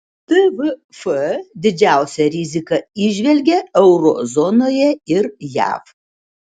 tvf didžiausią riziką įžvelgia euro zonoje ir jav